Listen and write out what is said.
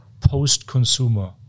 post-consumer